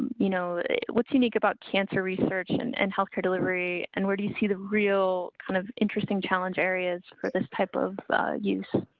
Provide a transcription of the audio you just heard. you know, what's unique about cancer research and and health care delivery. and where do you see the real kind of interesting challenge areas for this type of use.